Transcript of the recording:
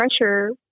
pressure